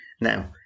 Now